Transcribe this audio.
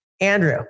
Andrew